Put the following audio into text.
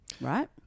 right